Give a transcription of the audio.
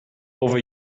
over